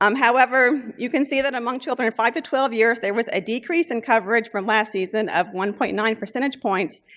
um however, you can see that among children five but twelve years there was a decrease in coverage from last season of one point nine percentage points,